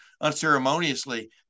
unceremoniously